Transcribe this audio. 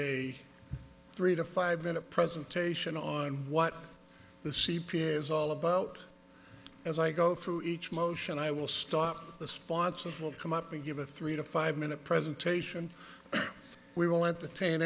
a three to five minute presentation on what the c p a is all about as i go through each motion i will stop the sponsors will come up and give a three to five minute presentation we will